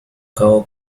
cabo